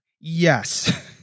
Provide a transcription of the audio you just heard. Yes